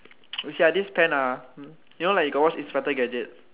you see ah this pen ah you know like you got watch inspector gadget